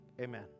amen